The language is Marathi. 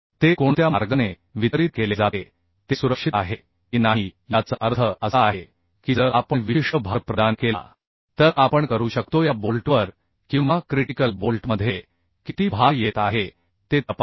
ते कोणत्या मार्गाने वितरित केले जाते ते सुरक्षित आहे की नाही याचा अर्थ असा आहे की जर आपण विशिष्ट भार प्रदान केला तर आपण करू शकतोया बोल्टवर किंवा क्रिटिकल बोल्टमध्ये किती भार येत आहे ते तपासा